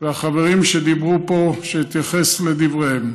והחברים שדיברו פה, שאתייחס לדבריהם.